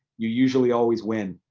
you usually always win.